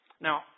Now